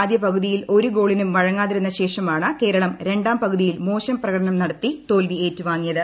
ആദ്യ പകുതിയിൽ ് ഒരു ഗോളിനും വഴങ്ങാതിരുന്ന ശേഷമാണ് കേരളം രണ്ടാം പകുതിയിൽ മോശം പ്രകടനം നടത്തി തോൽവി ഏറ്റുവാങ്ങിയത്